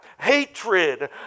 Hatred